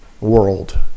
world